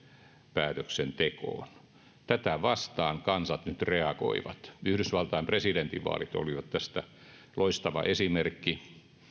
päätöksentekoon tätä vastaan kansat nyt reagoivat yhdysvaltain presidentinvaalit olivat tästä loistava esimerkki